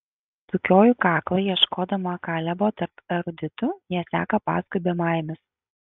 sukioju kaklą ieškodama kalebo tarp eruditų jie seka paskui bebaimius